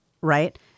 right